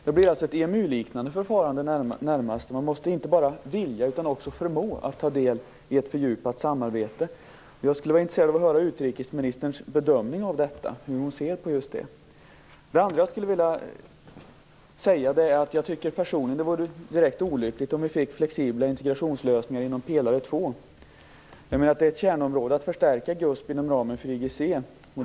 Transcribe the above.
Det blir ett närmast EMU-liknande förfarande. Man måste inte bara vilja utan också förmå att ta del i ett fördjupat samarbete. Jag skulle vara intresserad av att höra hur utrikesministern ser på detta. Det andra som jag skulle vilja säga är att jag personligen tycker att det vore direkt olyckligt om vi fick flexibla integrationslösningar inom pelare 2. Jag menar att det är en kärnuppgift att förstärka GUSP inom ramen för IGC.